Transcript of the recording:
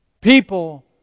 People